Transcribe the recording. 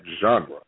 genre